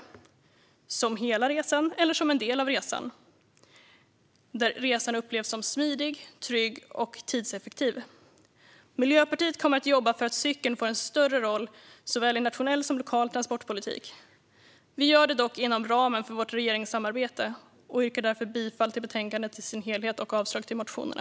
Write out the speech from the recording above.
Cykeln kan användas under hela resan eller som en del av resan, och resan ska upplevas som smidig, trygg och tidseffektiv. Miljöpartiet kommer att jobba för att cykeln får en större roll såväl i nationell som i lokal transportpolitik. Vi gör det dock inom ramen för vårt regeringssamarbete och yrkar därför bifall till betänkandet i dess helhet och avslag på motionerna.